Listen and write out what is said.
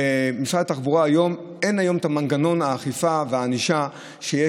במשרד התחבורה אין היום את מנגנון האכיפה והענישה שיש,